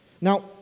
Now